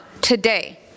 Today